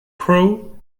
crow